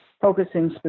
focusing